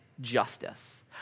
justice